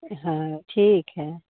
हाँ ठीक है